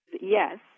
Yes